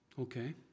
Okay